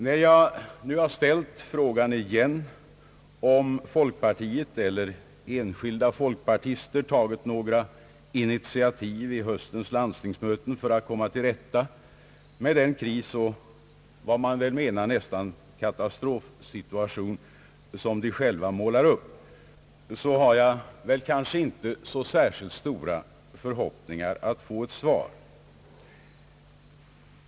När jag nu igen har ställt frågan om folkpartiet eller enskilda folkpartister tagit några initiativ vid höstens landstingsmöten för att komma till rätta med den kris och den nästan katastrofala situation, som de själva målar upp, har jag inte särskilt stora förhoppningar att få ett svar.